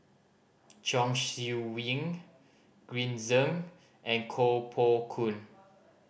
Chong Siew Ying Green Zeng and Koh Poh Koon